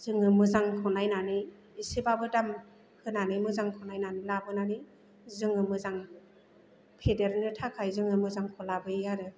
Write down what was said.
जोङो मोजांखौ नायनानै एसेबाबो दाम होनानै मोजांखौ नायनानै लाबोनानै जोङो मोजां फेदेरनो थाखाय जोङो मोजांखौ लाबोयो आरो